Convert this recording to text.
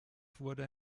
wurde